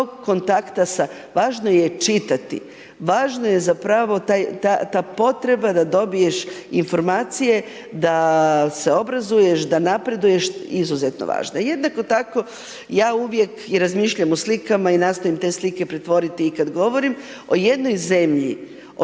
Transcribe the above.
važno je čitati važno je zapravo ta potreba da dobiješ informacije da se obrazuješ, da napreduješ, izuzetno važna. Jednako tako, ja uvijek i razmišljam o slikama i nastojim te slike pretvoriti i kad govorim o jednoj zemlji, o tome što